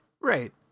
right